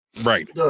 Right